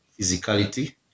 physicality